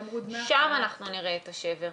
שם אנחנו נראה את השבר.